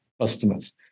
customers